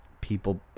People